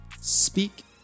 speak